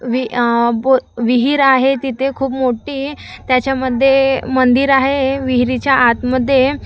वि बो विहीर आहे तिथे खूप मोठी त्याच्यामध्ये मंदिर आहे विहीरीच्या आतमध्ये